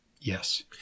Yes